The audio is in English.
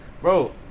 Bro